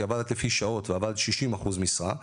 כי עבדת לפי שעות ועבדת 60 אחוז משרה,